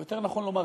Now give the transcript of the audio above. או יותר נכון לומר,